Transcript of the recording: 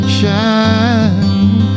shine